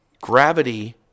Gravity